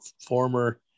former